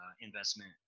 investment